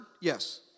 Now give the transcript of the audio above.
Yes